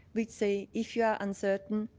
we say if you are uncertain,